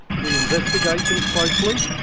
we investigate them closely,